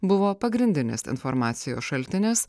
buvo pagrindinis informacijos šaltinis